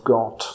God